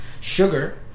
Sugar